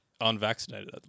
Unvaccinated